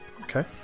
Okay